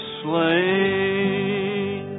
slain